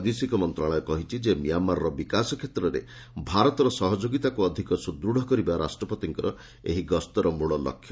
ବୈଦେଶିକ ମନ୍ତ୍ରଣାଳୟ କହିଛି ଯେ ମିଆଁମାରର ବିକାଶ କ୍ଷେତ୍ରରେ ଭାରତର ସହଯୋଗୀତାକୁ ଅଧିକ ସୁଦୃଢ଼ କରିବା ରାଷ୍ଟ୍ରପତିଙ୍କ ଏହି ଗସ୍ତର ମୂଳଲକ୍ଷ୍ୟ